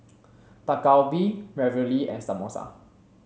Dak Galbi Ravioli and Samosa